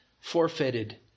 forfeited